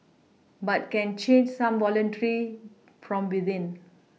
but can change some voluntary from within